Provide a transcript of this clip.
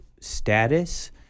status